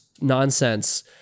nonsense